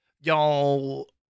Y'all